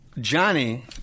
Johnny